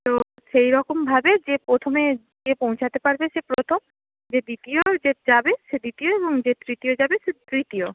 তো সেই রকম ভাবে যে প্রথমে গিয়ে পৌঁছতে পারবে সে প্রথম যে দ্বিতীয় যাবে সে দ্বিতীয় এবং যে তৃতীয় যাবে সে তৃতীয়